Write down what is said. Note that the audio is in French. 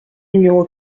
numéro